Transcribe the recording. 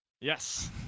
Yes